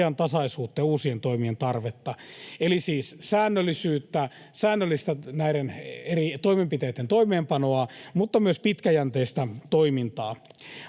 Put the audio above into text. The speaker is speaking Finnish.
ajantasaisuutta ja uusien toimien tarvetta eli säännöllistä näiden eri toimenpiteitten toimeenpanoa mutta myös pitkäjänteistä toimintaa.